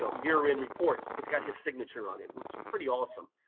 so year end reports. it's got his signature on it, which is pretty awesome.